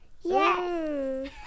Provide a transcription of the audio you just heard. Yes